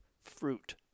fruit